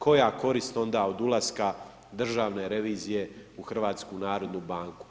Koja korist onda od ulaska Državne revizije u HNB?